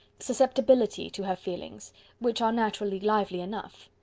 susceptibility to her feelings which are naturally lively enough.